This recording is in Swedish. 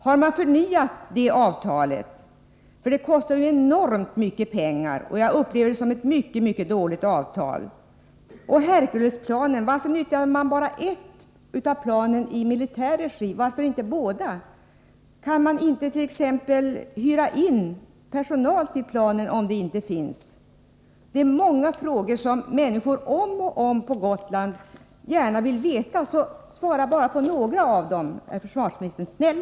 Har man förnyat det avtalet? Det kostar enormt mycket pengar, och jag upplever det som ett mycket dåligt avtal. Varför utnyttjade man bara ett av Herculesplanen i militär regi, varför inte båda? Kan man inte t.ex. hyra in personal till planen om det inte finns andra möjligheter? Det är många frågor som människor på Gotland om och om igen undrar över och vill ha svar på. Svara bara på några av dem, så är försvarsministern snäll!